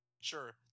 Sure